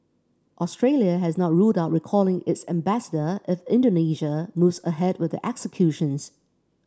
Australia has not ruled out recalling its ambassador if Indonesia moves ahead with the executions